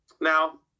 Now